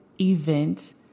event